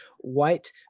white